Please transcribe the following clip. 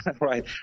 Right